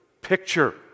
picture